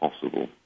possible